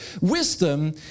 Wisdom